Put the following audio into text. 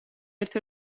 ერთ